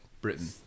Britain